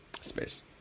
Space